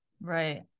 Right